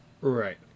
right